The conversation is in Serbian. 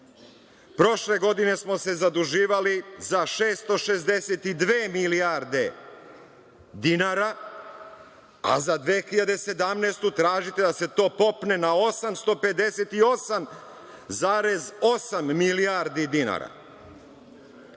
prošle godine smo se zaduživali za 662 milijarde dinara, a za 2017. tražite da se to popne na 858,8 milijardi dinara. Prošle,